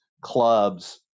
clubs